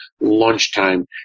lunchtime